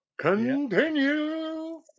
Continue